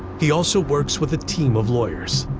he also works with a team of lawyers.